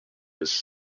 his